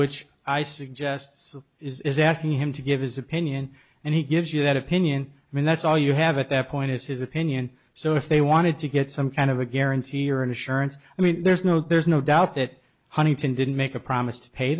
which i suggests is asking him to give his opinion and he gives you that opinion and that's all you have at that point is his opinion so if they wanted to get some kind of a guarantee or an assurance i mean there's no there's no doubt that huntington didn't make a promise to pay